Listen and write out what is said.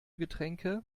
getränke